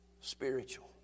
spiritual